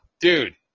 dude